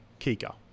Kika